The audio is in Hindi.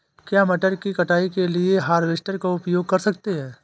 क्या मटर की कटाई के लिए हार्वेस्टर का उपयोग कर सकते हैं?